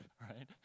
right